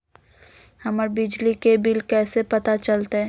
हमर बिजली के बिल कैसे पता चलतै?